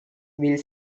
will